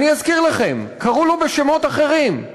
אזכיר לכם, קראו לו בשמות אחרים: